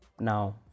Now